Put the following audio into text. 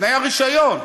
תנאי הרישיון.